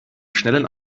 schnellen